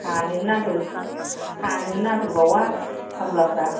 हानोनो नागिरा हानोनो नागिरबावा खामलाफ्रा